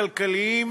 כלכליים,